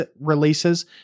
releases